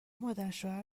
مادرشوهر